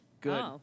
good